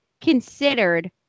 considered